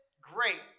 great